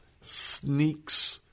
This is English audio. sneaks